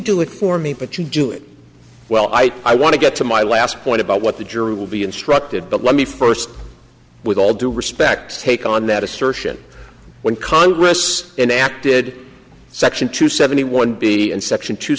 do it for me but you do it well i i want to get to my last point about what the jury will be instructed but let me first with all due respect take on that assertion when congress enacted section two seventy one b and section two